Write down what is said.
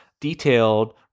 detailed